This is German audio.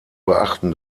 beachten